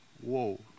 Whoa